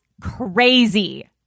crazy